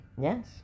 Yes